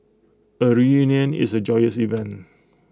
A reunion is A joyous event